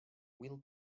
will